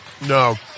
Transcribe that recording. No